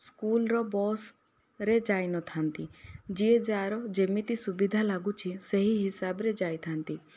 ସ୍କୁଲର ବସ୍ରେ ଯାଇ ନଥାନ୍ତି ଯିଏ ଯାହାର ଯେମିତି ସୁବିଧା ଲାଗୁଛି ସେହି ହିସାବରେ ଯାଇଥାନ୍ତି